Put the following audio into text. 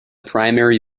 primary